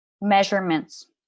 measurements